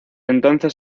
entonces